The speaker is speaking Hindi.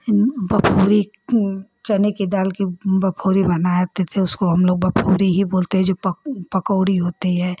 फिर बफ़ौरी चने की दाल की बफ़ौरी बनाते थे उसको बफ़ौरी ही बोलते हैं जो पकौ पकौड़ी होती है